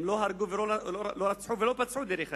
הם לא הרגו ולא רצחו ולא פצעו, דרך אגב,